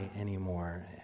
anymore